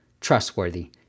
trustworthy